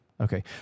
Okay